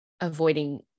avoiding